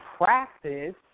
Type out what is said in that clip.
practice